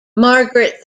margaret